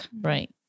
right